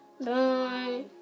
Bye